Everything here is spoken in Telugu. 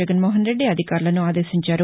జగన్ మోహన్ రెడ్డి అధికారులను ఆదేశించారు